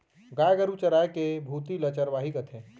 गाय गरू चराय के भुती ल चरवाही कथें